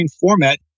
format